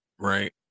right